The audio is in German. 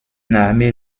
name